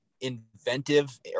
inventive